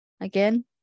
again